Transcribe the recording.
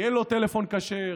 יהיה לו טלפון כשר,